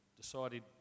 decided